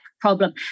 problem